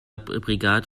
brigade